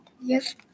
Yes